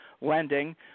lending